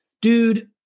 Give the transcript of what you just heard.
dude